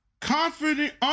confident